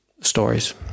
stories